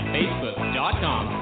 Facebook.com